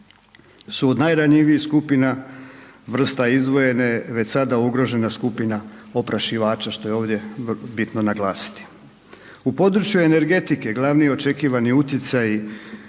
su od najranjivijih skupina vrsta izdvojene već sada ugrožena skupina oprašivača što je ovdje bitno naglasiti. U području energetike glavni očekivani utjecaj